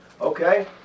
Okay